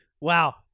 Wow